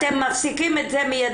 אתם מפסיקים את זה מיידי,